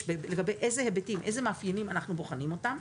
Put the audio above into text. ולגבי איזה היבטים ומאפיינים אנחנו בוחנים אותם.